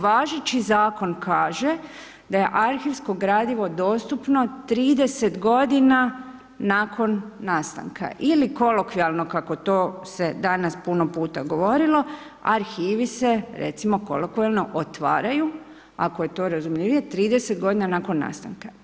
Važeći zakon kaže da je arhivsko gradivo dostupno 30 godina nakon nastanka ili kolokvijalno kako to se danas puno puta govorilo arhivi se recimo kolokvijalno otvaraju ako je to razumljivije 30 godina nakon nastanka.